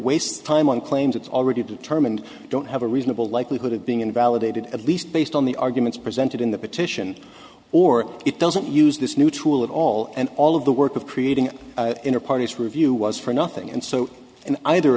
wastes time on claims it's already determined don't have a reasonable likelihood of being invalidated at least based on the arguments presented in the petition or it doesn't use this new tool at all and all of the work of creating parties for review was for nothing and so in either